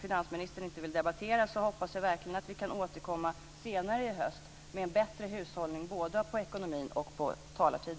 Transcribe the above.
finansministern inte vill debattera hoppas jag verkligen att vi kan återkomma senare i höst med en bättre hushållning både med ekonomin och med talartiden.